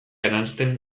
eransten